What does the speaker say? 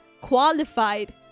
qualified